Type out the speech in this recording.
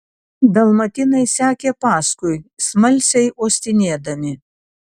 dalmatinai sekė paskui smalsiai uostinėdami